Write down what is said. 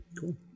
Cool